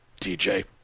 TJ